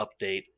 update